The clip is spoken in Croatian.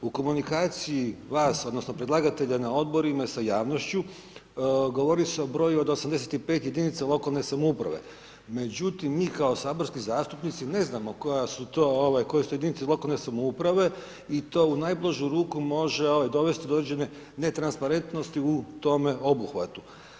U komunikaciji vas odnosno predlagatelja na odborima sa javnošću govori se o broju od 85 jedinica lokalne samouprave, međutim mi kao saborski zastupnici ne znamo koja su to, ovaj koje su to jedinice lokalne samouprave i to u najblažu ruku može ovaj dovesti do određene ne transparentnosti u tome obuhvatu.